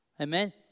Amen